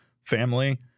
family